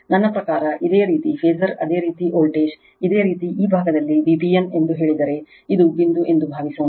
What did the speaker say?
ನನ್ನ ಪ್ರಕಾರ ಇದೇ ರೀತಿ ಫಾಸರ್ ಅದೇ ರೀತಿ ವೋಲ್ಟೇಜ್ ಇದೇ ರೀತಿ ಈ ಭಾಗದಲ್ಲಿ Vbn ಎಂದು ಹೇಳಿದರೆ ಇದು ಬಿಂದು ಎಂದು ಭಾವಿಸೋಣ